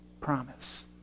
promise